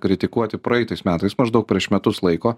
kritikuoti praeitais metais maždaug prieš metus laiko